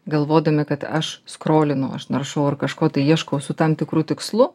galvodami kad aš skrolinu aš naršau ar kažko tai ieškau su tam tikru tikslu